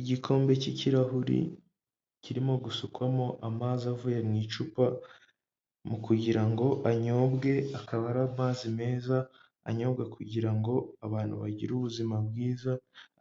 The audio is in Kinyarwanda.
Igikombe cy'ikirahuri, kirimo gusukwamo amazi avuye mu icupa, mu kugira ngo anyobwe akaba ari amazi meza, anyobwa kugira ngo abantu bagire ubuzima bwiza,